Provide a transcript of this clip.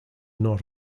not